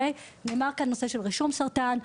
נאמר כאן נושא של רישום סרטן,